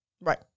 Right